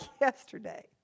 yesterday